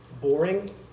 boring